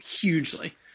hugely